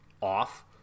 off